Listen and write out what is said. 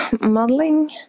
modeling